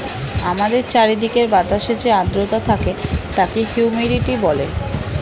আমাদের চারিদিকের বাতাসে যে আর্দ্রতা থাকে তাকে হিউমিডিটি বলে